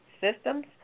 systems